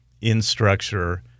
in-structure